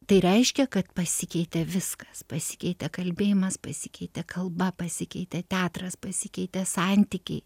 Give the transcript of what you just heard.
tai reiškia kad pasikeitė viskas pasikeitė kalbėjimas pasikeitė kalba pasikeitė teatras pasikeitė santykiai